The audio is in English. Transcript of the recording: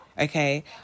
okay